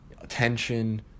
attention